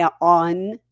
on